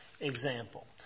example